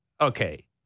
okay